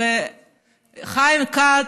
חיים כץ,